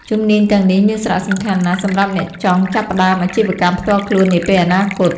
ជំនាញទាំងនេះមានសារៈសំខាន់ណាស់សម្រាប់អ្នកចង់ចាប់ផ្តើមអាជីវកម្មផ្ទាល់ខ្លួននាពេលអនាគត។